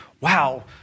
wow